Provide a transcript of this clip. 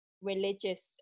religious